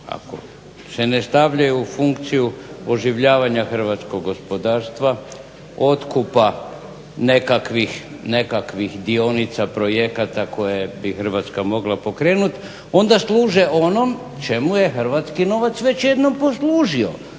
ako se ne stavljaju u funkciju oživljavanja hrvatskog gospodarstva, otkupa nekakvih dionica, projekata koje bi Hrvatska mogla pokrenut, onda služe onom čemu je hrvatski novac već jednom poslužio